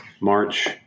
March